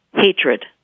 hatred